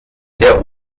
der